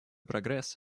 прогресс